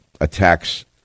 attacks